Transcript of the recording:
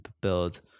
build